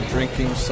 Drinking